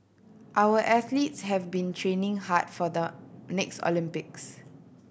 our athletes have been training hard for the next Olympics